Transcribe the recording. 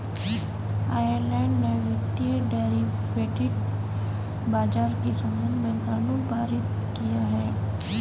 Ireland ने वित्तीय derivative बाजार के संबंध में कानून पारित किया है